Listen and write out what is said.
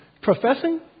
professing